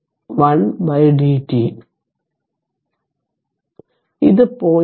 അതിനാൽ ഇത് 0